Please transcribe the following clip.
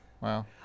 Wow